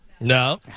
No